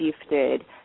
shifted